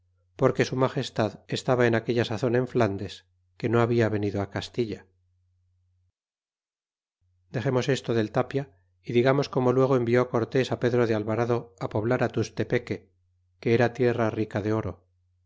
porque su magestad estaba en aquella sazon en flandes que no babia venido á castilla dexemos esto del tapia y digamos corno luego envió cortés á pedro de alvarado poblar á tustepeque que era tierra rica de oro